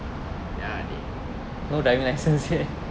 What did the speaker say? ya டேய்:dei